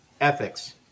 ethics